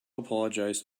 apologized